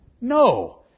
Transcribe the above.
No